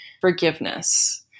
forgiveness